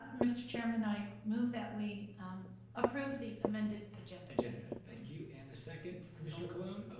mr. chairman, i move that we approve the amended agenda. agenda, thank you. and a second, mr. colon?